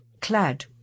clad